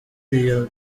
iyo